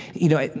you know,